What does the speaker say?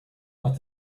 but